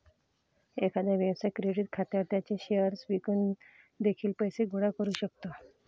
एखादा व्यवसाय क्रेडिट खात्यावर त्याचे शेअर्स विकून देखील पैसे गोळा करू शकतो